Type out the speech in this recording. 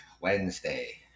Wednesday